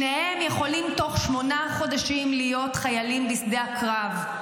שניהם יכולים בתוך שמונה חודשים להיות חיילים בשדה הקרב,